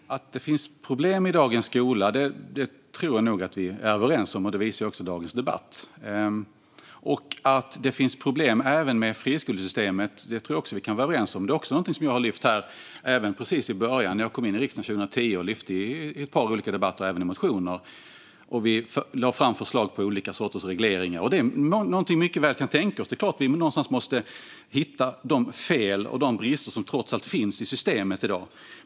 Herr talman! Att det finns problem i dagens skola tror jag nog att vi är överens om, och det visar också dagens debatt. Att det finns problem även med friskolesystemet tror jag också att vi kan vara överens om, och det är någonting jag har lyft fram här. Även precis i början - jag kom in i riksdagen 2010 - lyfte jag fram detta i ett par olika debatter och motioner. Vi lade fram förslag på olika sorters regleringar, och det är någonting vi mycket väl kan tänka oss. Det är klart att vi någonstans måste hitta de fel och brister som trots allt finns i systemet i dag.